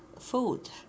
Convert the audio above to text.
food